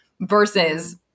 versus